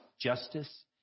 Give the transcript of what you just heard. justice